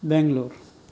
Bangalore